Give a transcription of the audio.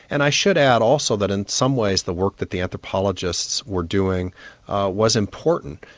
and i should add also that in some ways the work that the anthropologists were doing was important.